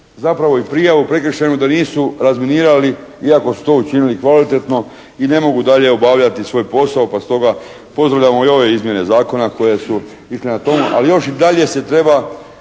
zapravo i prijavu prekršajnu da nisu razminirali iako su to učinili kvalitetno i ne mogu dalje obavljati svoj posao pa stoga pozdravljamo i ove izmjene zakona koje su išle ka tomu. Ali još i dalje se treba